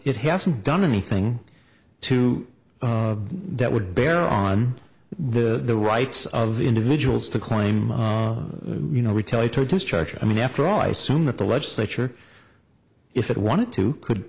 it hasn't done anything to that would bear on the rights of individuals to claim you know retaliatory discharge i mean after all i assume that the legislature if it wanted to could